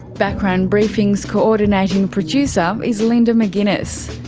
background briefing's coordinating producer is linda mcginness,